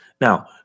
Now